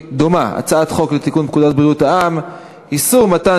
הצעת חוק לתיקון פקודת בריאות העם (איסור מתן